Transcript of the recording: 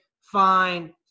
fine